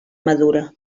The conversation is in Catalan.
madura